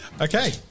Okay